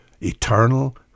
Eternal